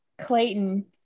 Clayton